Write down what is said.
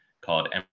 called